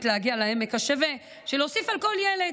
להגיע לעמק השווה של להוסיף על כל ילד.